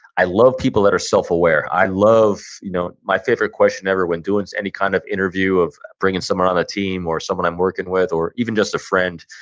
i love people that are self-aware. i love, you know my favorite question ever when doing any kind of interview of bringing someone on a team, or someone i'm working with, or even just a friend,